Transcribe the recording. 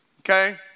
okay